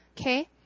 Okay